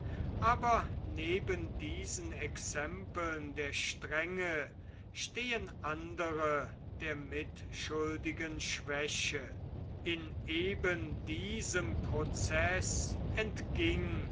aber neben diesen exempeln der strenge stehen andere der mitschuldigen schwäche in eben diesem prozeß